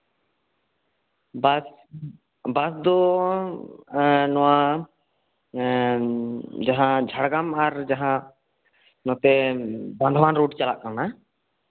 ᱵᱟᱥ bus ᱫᱚ ᱱᱚᱣᱟ ᱡᱟᱦᱟ ᱡᱷᱟᱲᱜᱨᱟᱢ ᱟᱨ ᱱᱚᱛᱮ ᱵᱟᱱᱫᱳᱣᱟᱱ ᱨᱳᱰ ᱪᱟᱞᱟᱜ ᱠᱟᱱᱟ